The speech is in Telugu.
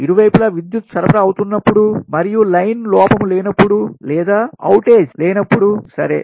ఇరువైపుల విద్యుత్తు సరఫరా అవుతున్నప్పుడు మరియు లైన్ లోపము లేనప్పుడు లేదా అవుట్ ఏజ్outage బహిర్గతమైనవి లేనప్పుడు సరే